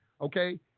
Okay